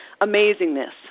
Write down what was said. amazingness